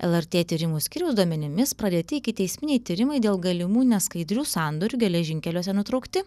lrt tyrimų skyriaus duomenimis pradėti ikiteisminiai tyrimai dėl galimų neskaidrių sandorių geležinkeliuose nutraukti